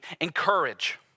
encourage